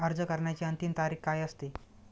अर्ज करण्याची अंतिम तारीख काय असते?